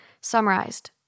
summarized